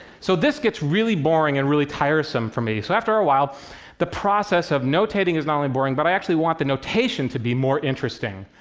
so this gets really boring and really tiresome for me, so after a while the process of notating is not only boring, but i actually want the notation to be more interesting,